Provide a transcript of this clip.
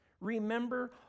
remember